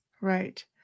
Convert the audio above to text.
Right